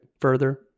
further